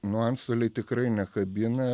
nu antstoliai tikrai nekabina